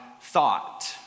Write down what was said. thought